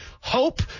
hope